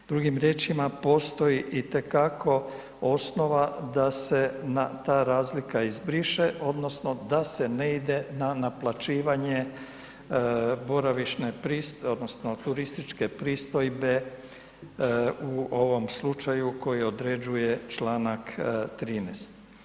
Drugim riječima postoji itekako osnova da se na ta razlika izbriše odnosno da se ne ide na naplaćivanje boravišne pristojbe odnosno turističke pristojbe u ovom slučaju koji određuje Članak 13.